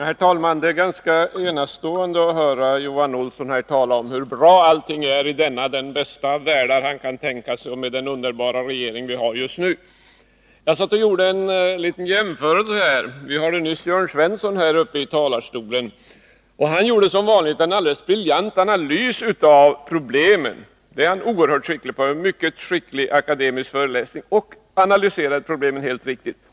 Herr talman! Det är ganska enastående att höra Johan Olsson tala om hur bra allting är i denna den bästa av världar han kan tänka sig och med den underbara regering vi har just nu. Jag satt och gjorde en liten jämförelse. Vi hade nyss Jörn Svensson uppe i talarstolen. Han gjorde som vanligt en alldeles briljant analys av problemen. Det är han oerhört skicklig på. Han höll en mycket skicklig akademisk föreläsning och analyserade problemen helt riktigt.